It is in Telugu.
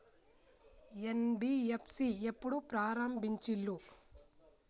ఎన్.బి.ఎఫ్.సి ఎప్పుడు ప్రారంభించిల్లు?